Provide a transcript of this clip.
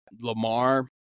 Lamar